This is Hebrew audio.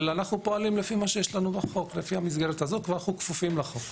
אנחנו פועלים לפי מסגרת החוק, אנחנו כפופים לחוק.